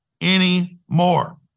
anymore